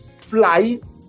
flies